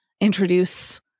introduce